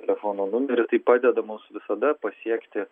telefono numerį tai padeda mums visada pasiekti